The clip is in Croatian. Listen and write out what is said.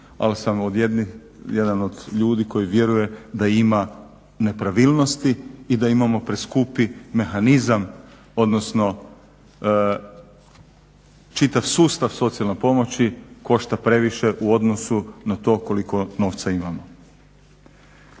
ali sam jedan od ljudi koji vjeruje da ima nepravilnosti i da imamo preskupi mehanizam odnosno čitav sustav socijalne pomoći košta previše u odnosu na to koliko novca imamo.